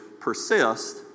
persist